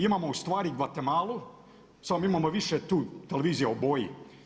Imamo ustvari Guatemalu samo imamo više tu televizija u boji.